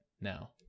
now